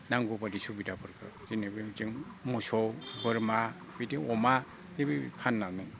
नांगौबायदि सुबिदाफोरखौ जेनेबा जों मोसौ बोरमा बिदि अमा नैबे फाननानै